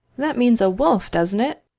that means a wolf, doesn't it?